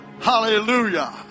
Hallelujah